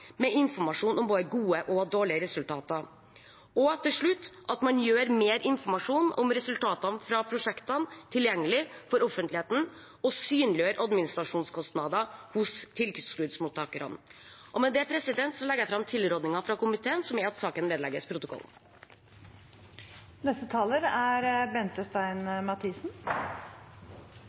med informasjon om både gode og dårlige resultater. Til slutt: Man må gjøre mer informasjon om resultatene fra prosjektene tilgjengelig for offentligheten og synliggjøre administrasjonskostnader hos tilskuddsmottakerne. Med det legger jeg fram tilrådingen fra komiteen, som er at saken vedlegges protokollen. Jeg vil takke saksordføreren for et godt samarbeid. Høyre er